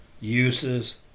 uses